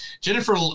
Jennifer